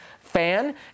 fan